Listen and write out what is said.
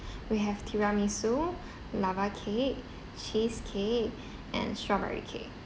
we have tiramisu lava cake cheesecake and strawberry cake